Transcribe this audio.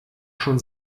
schon